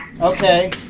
Okay